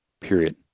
period